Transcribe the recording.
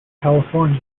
california